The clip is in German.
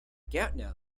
gärtner